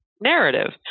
narrative